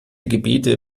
gebete